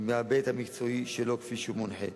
מההיבט המקצועי שלו, כפי שהוא מונחה.